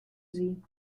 sie